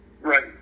Right